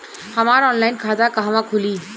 हमार ऑनलाइन खाता कहवा खुली?